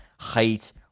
height